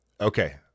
Okay